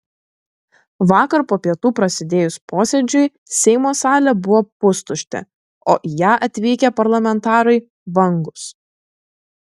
vakar po pietų prasidėjus posėdžiui seimo salė buvo pustuštė o į ją atvykę parlamentarai vangūs